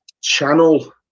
channel